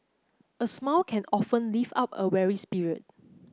a smile can often lift up a weary spirit